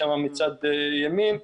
שוב,